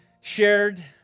shared